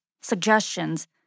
suggestions